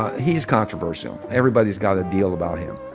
he's controversial. everybody's got a deal about him.